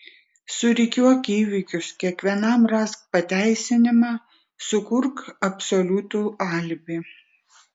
surikiuok įvykius kiekvienam rask pateisinimą sukurk absoliutų alibi